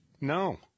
No